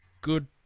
Good